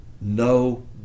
no